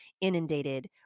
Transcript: inundated